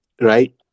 right